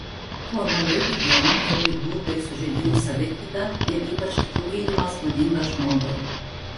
formaliai higiena ir ligų bei sužeidimų savigyda ir ypač kitų gydymas būdingas žmogui